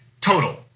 total